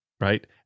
right